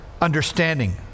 understanding